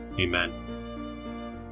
Amen